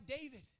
David